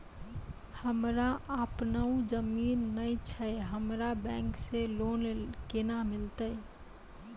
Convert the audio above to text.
हमरा आपनौ जमीन नैय छै हमरा बैंक से लोन केना मिलतै?